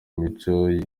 imico